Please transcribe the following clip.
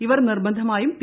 ഇവർ നിർബന്ധമായും പി